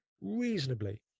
reasonably